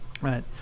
right